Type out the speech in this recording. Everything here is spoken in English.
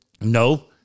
No